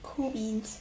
cool beans